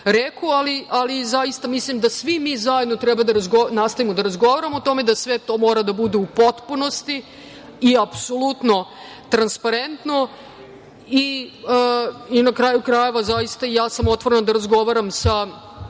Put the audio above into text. reku, ali zaista mislim da svi mi zajedno treba da nastavimo da razgovaramo o tome, da sve to mora da bude u potpunosti i apsolutno transparentno. Na kraju krajeva, ja sam otvorena da razgovaram sa